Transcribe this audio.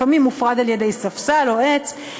לפעמים מופרד על-ידי ספסל או עץ,